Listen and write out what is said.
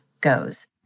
goes